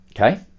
okay